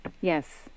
Yes